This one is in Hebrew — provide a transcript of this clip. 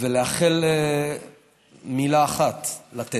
ולאחל מילה אחת: לתת.